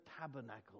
tabernacle